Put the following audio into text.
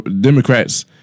Democrats